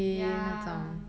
ya